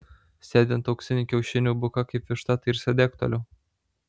sėdi ant auksinių kiaušinių buka kaip višta tai ir sėdėk toliau